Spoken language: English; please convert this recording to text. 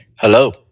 Hello